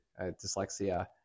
dyslexia